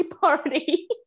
party